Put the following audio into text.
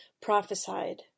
Prophesied